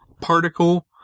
particle